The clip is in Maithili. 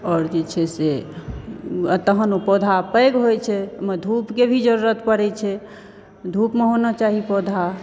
आओर जे छै से तहन ओ पौधा पैघ होइ छै ओहिमे धूपके भी जरुरत पड़ैत छै धूपमऽ होना चाही पौधा